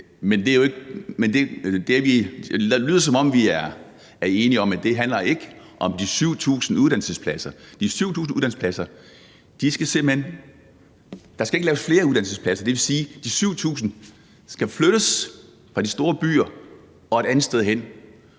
det lyder, som om vi er enige om, at det ikke handler om de 7.000 uddannelsespladser. Der skal simpelt hen ikke laves flere uddannelsespladser. Det vil sige, at de 7.000 skal flyttes fra de store byer til et andet sted.